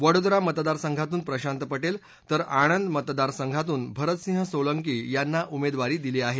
वडोदरा मतदारसंघातून प्रशांत पटेल तर आणंद मतदारसंघातून भरतसिंह सोलंकी यांना उमेदवारी दिली आहे